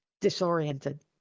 disoriented